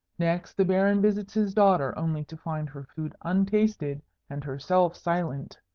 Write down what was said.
next, the baron visits his daughter, only to find her food untasted and herself silent.